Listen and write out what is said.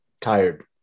tired